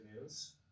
news